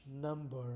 number